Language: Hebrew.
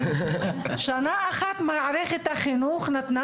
שנה אחת מערכת החינוך נתנה